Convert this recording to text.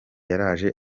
yaraje